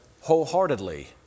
wholeheartedly